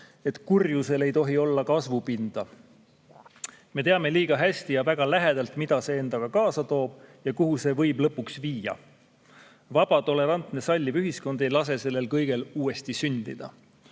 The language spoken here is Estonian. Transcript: et kurjusel ei tohi olla kasvupinda. Me teame liiga hästi ja väga lähedalt, mida see endaga kaasa toob ja kuhu see võib lõpuks viia. Vaba, tolerantne, salliv ühiskond ei lase sellel kõigel uuesti sündida."